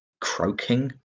croaking